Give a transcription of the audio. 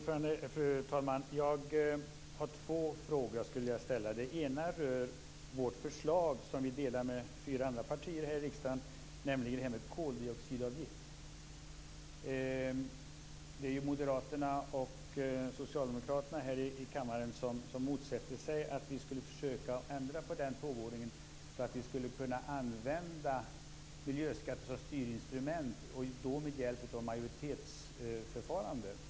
Fru talman! Jag har två frågor. Den ena frågan rör vårt förslag som vi delar med fyra andra partier i riksdagen, nämligen koldioxidavgift. Moderaterna och Socialdemokraterna motsätter sig att vi skulle försöka ändra på den tågordningen, så att det med hjälp av majoritetsförfarande går att använda miljöskatt som styrinstrument.